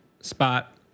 spot